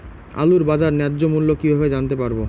আলুর বাজার ন্যায্য মূল্য কিভাবে জানতে পারবো?